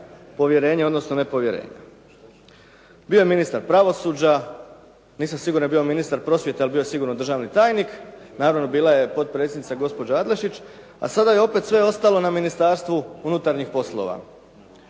povjerenja odnosno nepovjerenja. Bio je ministar pravosuđa, nisam siguran da li je bio ministar prosvjete ali bio je sigurno državni tajnik, naravno bila je podpredsjednica gospođa Adlešić a sada je opet sve ostalo na Ministarstvu unutarnjih poslova.